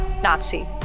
Nazi